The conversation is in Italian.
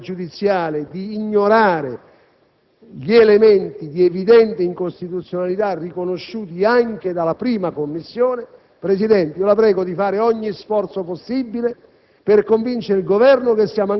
si è deciso, rispetto alla pregiudiziale, di ignorare gli elementi di evidente incostituzionalità riconosciuti anche dalla 1a Commissione. Signor Presidente, la prego di fare ogni sforzo possibile